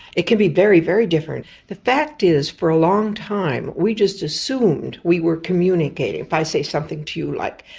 it can be very, very different. the fact is for a long time we just assumed we were communicating. if i say something to you like,